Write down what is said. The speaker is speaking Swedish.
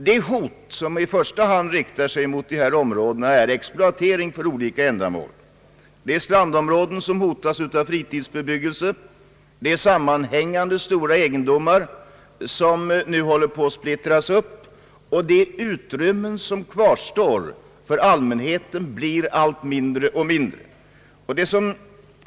Det hot som i första hand riktar sig mot dessa områden är exploatering för olika ändamål. Det är strandområden som hotas av fritidsbebyggelse. Det är sammanhängande stora egendomar som nu håller på att splittras upp, och det utrymme som kvarstår för allmänheten blir allt mindre.